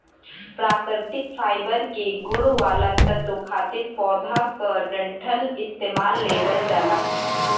प्राकृतिक फाइबर के गुण वाला तत्व खातिर पौधा क डंठल इस्तेमाल लेवल जाला